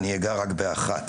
אני אגע רק באחת.